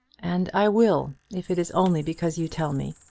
and i will if it is only because you tell me.